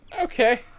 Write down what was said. Okay